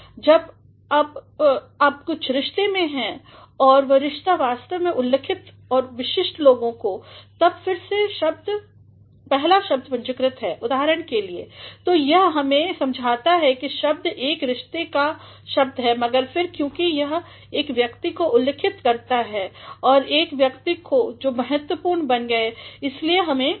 जब अब कुछ रिश्ते में हैं और वह रिश्ते वास्तव में उल्लिखित करते हैं विश्ष्ट लोगो को तब फिर से पहला शद्बपूंजीकृत है उदाहरण के तो यहाँ हम सब समझते हैं कि शब्द एक रिश्ते का शब्द है मगर फिर क्योंकि यह एक व्यक्ति को उल्लिकखित करता है और एक व्यक्ति जो बहुत महत्वपूर्ण बन गएइसलिए हमें हमेशा ऐसे लिखना चाहिए